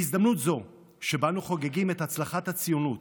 בהזדמנות זו, שבה אנו חוגגים את הצלחת הציונות